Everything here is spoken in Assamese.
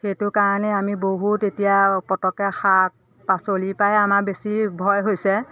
সেইটো কাৰণে আমি বহুত এতিয়া পটককৈ শাক পাচলিৰপৰাই আমাৰ বেছি ভয় হৈছে